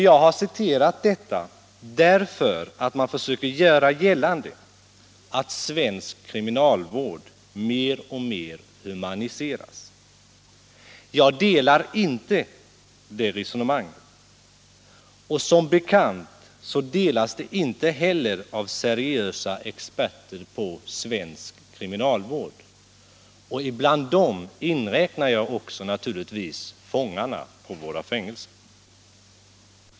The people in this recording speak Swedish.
Jag har citerat detta därför att man försöker göra gällande att svensk kriminalvård mer och mer humanisceras. Jag delar inte det resonemanget. Som bekant delas det inte heller av seriösa experter på svensk kriminalvård, och bland dem inräknar jag naturligtvis fångarna på våra fängelser.